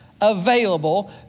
available